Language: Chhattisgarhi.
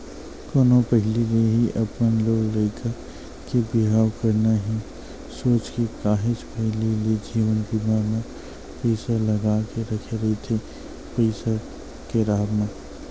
कोनो पहिली ले ही अपन लोग लइका के बिहाव करना हे सोच के काहेच पहिली ले जीवन बीमा म पइसा लगा के रखे रहिथे पइसा के राहब म